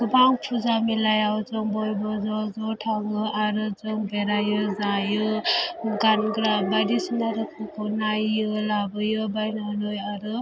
गोबां फुजा मेलायाव जों बयबो ज' ज' थाङो आरो जों बेरायो जायो गानग्रा बायदिसिना रोखोमखौ नायो लाबोयो बायनानै आरो